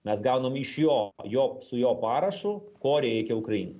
mes gaunam iš jo jo su jo parašu ko reikia ukrainai